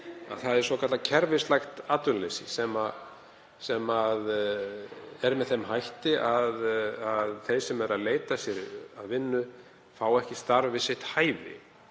er svokallað kerfislægt atvinnuleysi sem er með þeim hætti að þeir sem eru að leita sér að vinnu fá ekki starf við sitt hæfi.